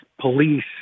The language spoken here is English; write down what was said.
police